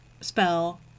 spell